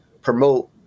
promote